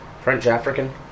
French-African